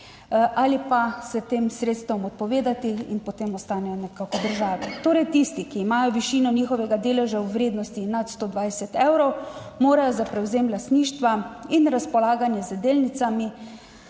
ali pa se tem sredstvom odpovedati in potem ostanejo nekako državi. Torej tisti, ki imajo višino njihovega deleža v vrednosti nad 120 evrov, morajo za prevzem lastništva in razpolaganje z delnicami